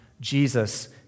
Jesus